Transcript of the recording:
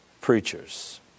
preachers